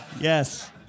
Yes